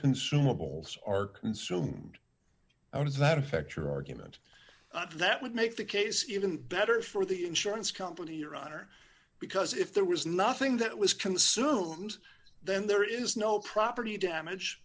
consumables are consumed how does that affect your argument that would make the case even better for the insurance company your honor because if there was nothing that was consumed then there is no property damage